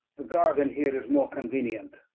the garden here is more conuenient